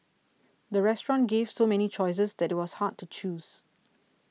the restaurant gave so many choices that it was hard to choose